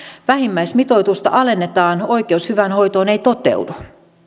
vähimmäismitoitusta alennetaan oikeus hyvään hoitoon ei toteudu